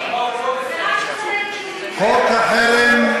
לך בסדר?